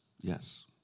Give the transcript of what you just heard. yes